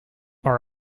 are